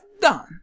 done